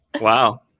Wow